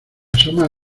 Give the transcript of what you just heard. asoman